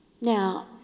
Now